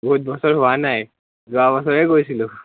বহুত বছৰ হোৱা নাই যোৱা বছৰে গৈছিলোঁ